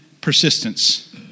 persistence